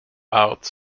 out